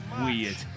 weird